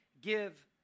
give